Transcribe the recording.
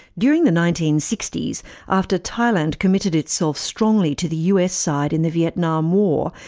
during the nineteen sixty s after thailand committed itself strongly to the us side in the vietnam war,